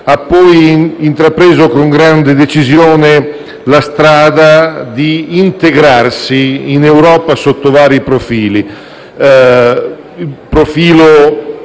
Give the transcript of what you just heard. ha poi intrapreso con grande decisione la strada dell'integrazione in Europa sotto vari profili,